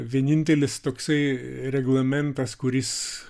vienintelis toksai reglamentas kuris